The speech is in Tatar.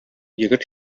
егет